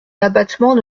l’abattement